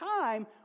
time